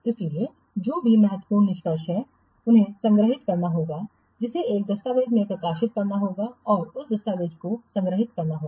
इसलिए जो भी महत्वपूर्ण निष्कर्ष हैं उन्हें संग्रहीत करना होगा जिसे एक दस्तावेज़ में प्रकाशित करना होगा और उस दस्तावेज़ को संग्रहीत करना होगा